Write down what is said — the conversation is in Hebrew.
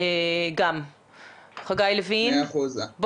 לעשות רישוי של נקודות